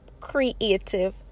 creative